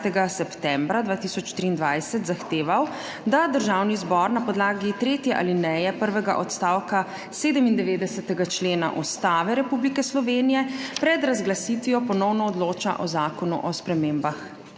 septembra 2023 zahteval, da Državni zbor na podlagi tretje alineje prvega odstavka 97. člena Ustave Republike Slovenije pred razglasitvijo ponovno odloča o Zakonu o spremembah